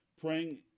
praying